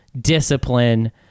discipline